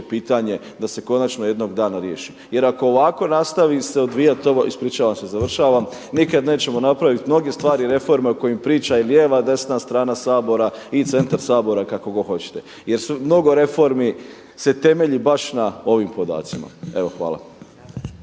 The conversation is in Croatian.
pitanje da se konačno jednog dana riješi. Jer ako ovako nastavi se odvijati ovo, ispričavam se završavam, nikad nećemo napraviti, mnoge stvari i reforme o kojima priča i lijeva i desna strana Sabora i centar Sabora kako god hoćete. Jer je mnogo reformi se temelji baš na ovim podacima. Hvala.